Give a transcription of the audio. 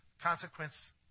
consequence